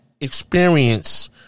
experience